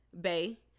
Bay